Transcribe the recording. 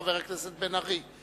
חבר הכנסת מיכאל בן-ארי,